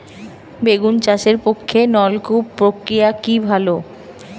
বেগুন চাষের পক্ষে নলকূপ প্রক্রিয়া কি ভালো?